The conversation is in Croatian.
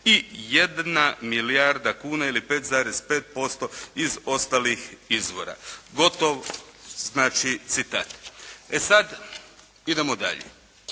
i 1 milijarda kuna ili 5,5% iz ostalih izvora. Gotov znači citat. E sad idemo dalje.